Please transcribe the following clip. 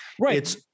Right